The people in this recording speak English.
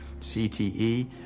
CTE